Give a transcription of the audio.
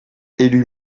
élu